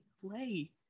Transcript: play